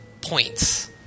points